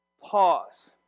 Pause